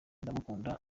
ndamukunda